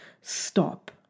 stop